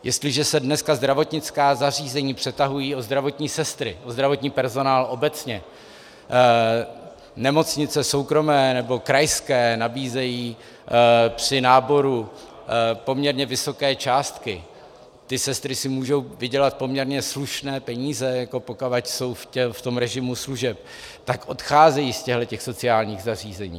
Jestliže se dneska zdravotnická zařízení přetahují o zdravotní sestry, o zdravotní personál obecně, nemocnice soukromé nebo krajské nabízejí při náboru poměrně vysoké částky, ty sestry si můžou vydělat poměrně slušné peníze, pokud jsou v režimu služeb, tak odcházejí z těchto sociálních zařízení.